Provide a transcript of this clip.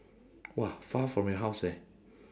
!wah! far from your house eh